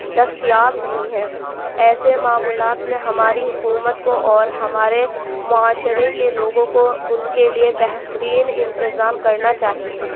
دستیاب نہیں ہیں ایسے معمولات میں ہماری حکومت کو اور ہمارے معاشرے کے لوگوں کو اُن کے لیے بہترین انتظام کرنا چاہیے